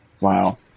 Wow